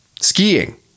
skiing